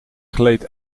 gleed